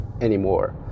anymore